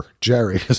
Jerry